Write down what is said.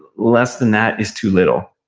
less than that is too little.